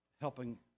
helping